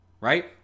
right